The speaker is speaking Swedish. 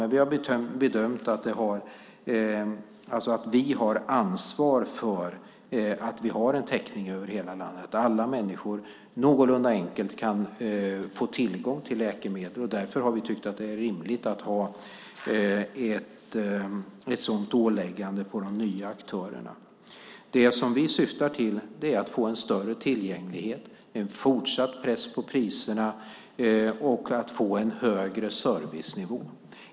Men vi har bedömt att vi har ansvar för att vi har en täckning över hela landet, så att alla människor någorlunda enkelt kan få tillgång till läkemedel. Därför har vi tyckt att det är rimligt att ha ett sådant åläggande på de nya aktörerna. Det som vi syftar till är att få en större tillgänglighet, att få en fortsatt press på priserna och att få en högre servicenivå.